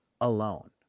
alone